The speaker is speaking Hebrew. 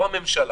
לא הממשלה,